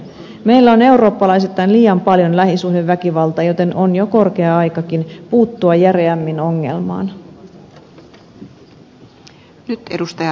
meillä on eurooppalaisittain liian paljon lähisuhdeväkivaltaa joten on jo korkea aikakin puuttua järeämmin ongelmaan